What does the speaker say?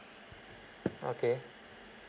okay